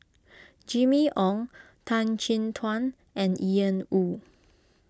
Jimmy Ong Tan Chin Tuan and Ian Woo